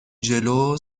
جلو